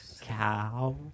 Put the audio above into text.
Cow